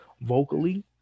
vocally